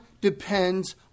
depends